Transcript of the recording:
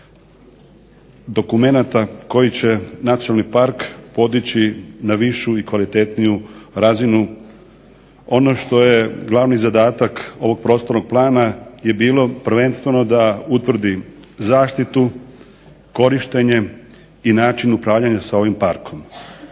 dokumenata koji će nacionalni park podići na višu i kvalitetniju razinu. Ono što je glavni zadatak ovog prostornog plana je bilo prvenstveno da utvrdi zaštitu, korištenje i način upravljanja sa ovim parkom.